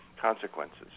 consequences